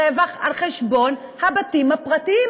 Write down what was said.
רווח על חשבון הבתים הפרטיים,